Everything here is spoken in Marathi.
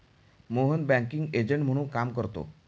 मोहन बँकिंग एजंट म्हणून काम करतो